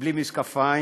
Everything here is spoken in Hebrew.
בלי משקפיים,